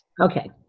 okay